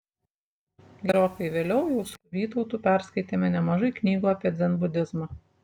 gerokai vėliau jau su vytautu perskaitėme nemažai knygų apie dzenbudizmą